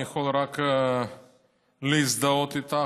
אני יכול רק להזדהות איתך.